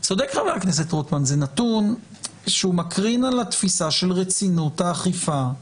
זה נתון שמקרין על התפיסה רצינות האכיפה.